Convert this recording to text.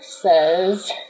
says